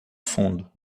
fundo